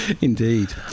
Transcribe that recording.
Indeed